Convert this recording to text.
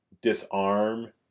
disarm